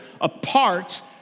apart